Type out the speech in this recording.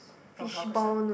from hawkers ah